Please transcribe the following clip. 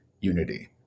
unity